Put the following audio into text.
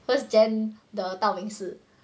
first gen~ 的道明寺